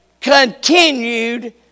continued